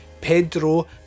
Pedro